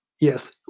yes